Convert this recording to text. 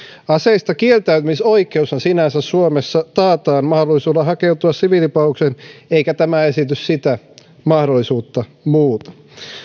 aseistakieltäytymisoikeushan sinänsä suomessa taataan mahdollisuudella hakeutua siviilipalvelukseen eikä tämä esitys sitä mahdollisuutta muuta